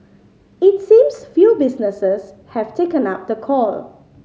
it seems few businesses have taken up the call